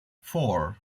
four